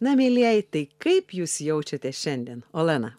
na mielieji tai kaip jūs jaučiatės šiandien olena